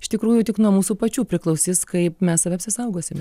iš tikrųjų tik nuo mūsų pačių priklausys kaip mes apsisaugosime